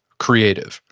creative?